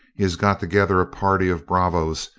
he has got together a party of bravos,